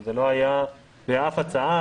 זה לא היה באף הצעה,